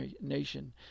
nation